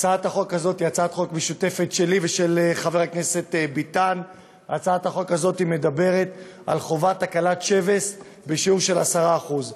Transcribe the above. הצעת חוק ביטוח תאונות אישיות לתלמידים (תיקוני חקיקה),